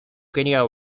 kenya